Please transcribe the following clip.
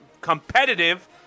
competitive